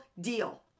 deal